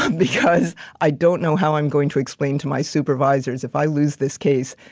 because i don't know how i'm going to explain to my supervisors if i lose this case,